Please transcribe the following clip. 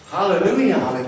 Hallelujah